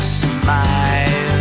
smile